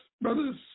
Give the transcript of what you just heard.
brothers